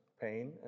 pain